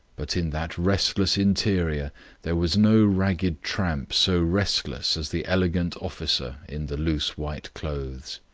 but in that restless interior there was no ragged tramp so restless as the elegant officer in the loose white clothes.